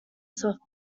soft